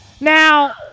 Now